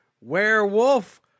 Werewolf